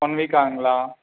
one week ஆகுங்களா